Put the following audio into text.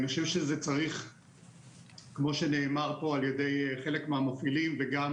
כמו שנאמר פה, וגם